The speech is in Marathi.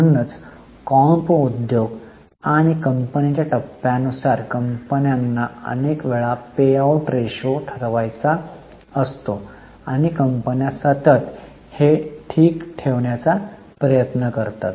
म्हणून कॉम्प उद्योग आणि कंपनीच्या टप्प्यानुसार कंपन्यांना अनेक वेळा पेआऊट रेशो ठरवायचा असतो आणि कंपन्या सतत हे ठीक ठेवण्याचा प्रयत्न करतात